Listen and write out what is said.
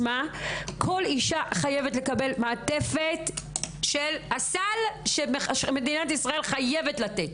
כל אישה חייבת לקבל סל שמדינת ישראל נותנת,